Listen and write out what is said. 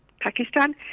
Pakistan